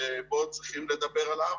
שצריכים לדבר עליו,